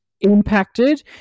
impacted